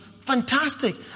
fantastic